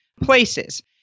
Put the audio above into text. places